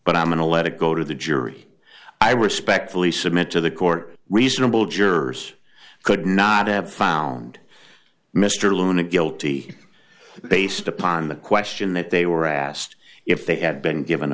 but i'm going to let it go to the jury i respectfully submit to the court reasonable jurors could not have found mr luna guilty based upon the question that they were asked if they had been given